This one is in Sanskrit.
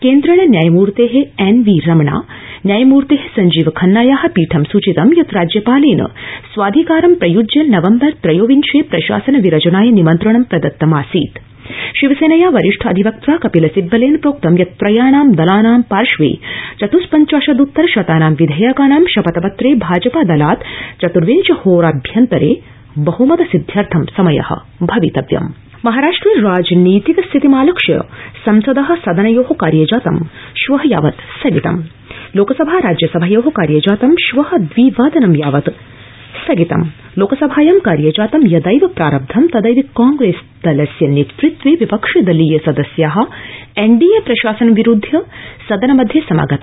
केन्द्रेण न्यायमूर्ते एनवीरमणा न्यायमूर्ते संजीव खन्नाया पीठं सुचितं यत्राराज्यपालेन स्वाधिकारं प्रयूज्य नवम्बर त्रयोविंशे प्रशासन विरचनाय निमन्त्रणं प्रदत्तमासीत शिवसेनया वरिष्ठ अधिवक्त्रा कपिल सिब्बलेन प्रोक्तं यत त्रयाणां दलानां पार्श्वे चतुस्पञ्चाशदुत्तर शतानां विधेयकानां शपथपत्रे भाजपा दलात चतुर्विंश होराभ्यन्तरे बहमत सिदधयर्थ समय भवितव्यम संसद् महाराष्ट्रे राजनीतिक स्थितिमालक्ष्य संसदः सदनयो कार्यजातं श्व यावत स्थगितम लोकसभा राज्यसभयो कार्यजातं श्व दवि वादनं यावत स्थगितम लोकसभायां कार्यजातं यदैव प्रारब्धं तदैव कांग्रेस दलस्य नेतृत्वे विपक्षि दलीय सदस्या एनडीए प्रशासनं विरूद्ध्य सदनमध्ये समागता